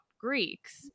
greeks